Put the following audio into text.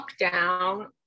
lockdown